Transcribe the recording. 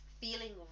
feeling